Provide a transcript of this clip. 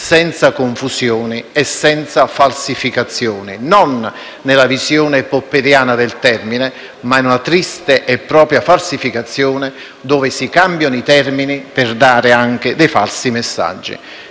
senza confusione e senza falsificazioni: non nella visione popperiana del termine ma in una triste e propria falsificazione, dove si cambiano i termini per dare anche dei falsi messaggi.